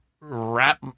wrap